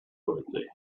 birthday